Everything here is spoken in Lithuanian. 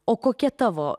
o kokie tavo